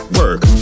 work